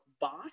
boss